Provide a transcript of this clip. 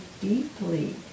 deeply